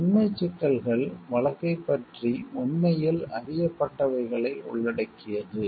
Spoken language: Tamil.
உண்மைச் சிக்கல்கள் வழக்கைப் பற்றி உண்மையில் அறியப்பட்டவைகளை உள்ளடக்கியது